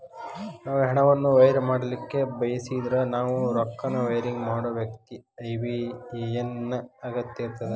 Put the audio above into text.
ನೇವು ಹಣವನ್ನು ವೈರ್ ಮಾಡಲಿಕ್ಕೆ ಬಯಸಿದ್ರ ನೇವು ರೊಕ್ಕನ ವೈರಿಂಗ್ ಮಾಡೋ ವ್ಯಕ್ತಿ ಐ.ಬಿ.ಎ.ಎನ್ ನ ಅಗತ್ಯ ಇರ್ತದ